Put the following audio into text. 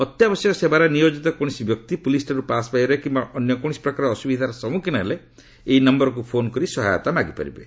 ଅତ୍ୟାବଶ୍ୟକ ସେବାରେ ନିୟୋକ୍ତି କୌଣସି ବ୍ୟକ୍ତି ପୁଲିସଠାରୁ ପାସ୍ ପାଇବାରେ କିମ୍ବା ଅନ୍ୟ କୌଣସି ପ୍ରକାର ଅସୁବିଧାର ସମ୍ମୁଖୀନ ହେଲେ ଏହି ନମ୍ଭରକୁ ଫୋନ୍ କରି ସହାୟତା ମାଗିପାରିବେ